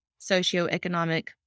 socioeconomic